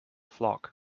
flock